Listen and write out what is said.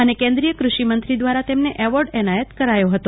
અને કેન્દ્રીય કૃષિમંત્રી દ્રારા તેમને એવોર્ડ એનાયત કરાયો હતો